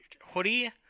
hoodie